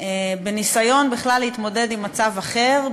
בניסיון בכלל להתמודד עם מצב אחר,